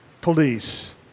police